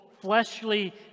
fleshly